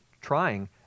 trying